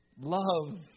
Love